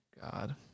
God